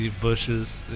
bushes